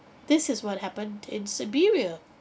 this is what happened in siberia